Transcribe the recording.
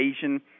Asian